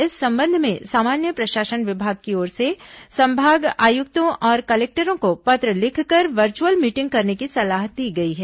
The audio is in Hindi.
इस संबंध में सामान्य प्रशासन विभाग की ओर से संभाग आयुक्तों और कलेक्टरों को पत्र लिखकर वर्च्रअल मीटिंग करने की सलाह दी गई है